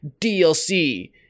DLC